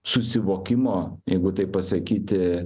susivokimo jeigu taip pasakyti